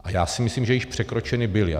A já si myslím, že již překročeny byly.